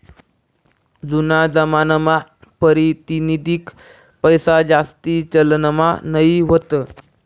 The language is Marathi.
जूना जमानामा पारतिनिधिक पैसाजास्ती चलनमा नयी व्हता